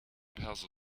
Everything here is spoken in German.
perso